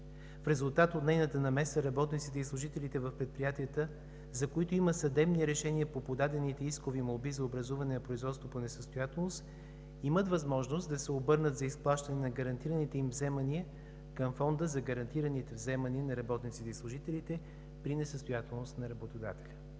В резултат от нейната намеса работниците и служителите в предприятията, за които има съдебни решения по подадените искови молби за образуване на производство по несъстоятелност, имат възможност да се обърнат за изплащане на гарантираните им вземания към Фонда за гарантираните вземания на работниците и служителите при несъстоятелност на работодателя.